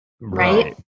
right